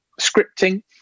scripting